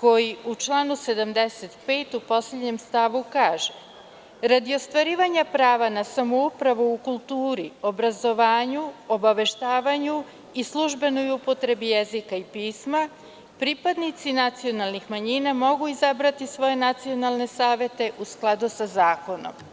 koji u članu 75. u poslednjem stavu kaže: „Radi ostvarivanja prava na samoupravu u kulturi, obrazovanju, obaveštavanju i službenoj upotrebi jezika i pisma, pripadnici nacionalnih manjina mogu izabrati svoje nacionalne savete u skladu sa zakonom“